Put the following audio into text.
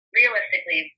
realistically